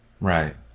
Right